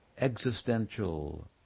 existential